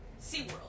SeaWorld